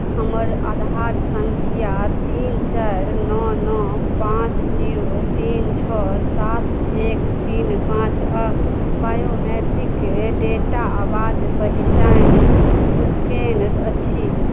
हमर आधार सङ्ख्या तीन चारि नओ नओ पाँच जीरो तीन छओ सात एक तीन पाँच आ बायोमेट्रिक डेटा आवाज पहिचान स्कैन अछि